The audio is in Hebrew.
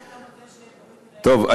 טוב,